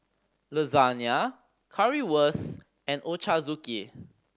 Lasagne Currywurst and Ochazuke